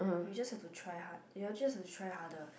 you just have to try hard you're just have to try harder